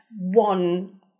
One